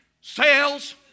sales